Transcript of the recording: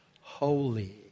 holy